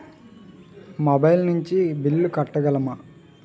Mobile నుంచి bill కట్టగలమ?